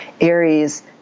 Aries